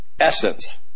essence